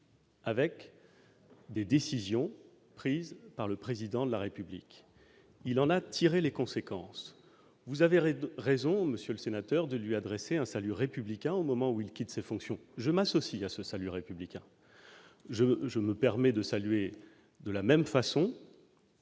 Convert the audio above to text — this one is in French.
Avec des décisions prises par le président de la République, il en a tiré les conséquences : vous avez raison, raison, Monsieur le Sénateur de lui adresser un salut républicain au moment où il quitte ses fonctions, je m'associe à ce salut républicain je je me permets de saluer de la même façon,